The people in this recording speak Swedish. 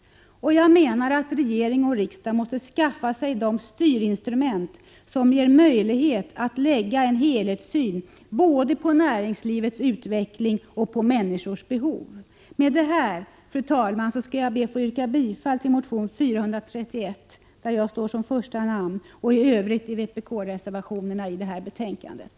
Regering och riksdag måste skaffa sig de styrinstrument som ger möjlighet att lägga en helhetssyn på både näringslivets utveckling och människors behov. Med det här, fru talman, ber jag att få yrka bifall till motion A431, där jag står som första namn, och i övrigt till vpk-reservationerna i betänkandet.